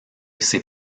ses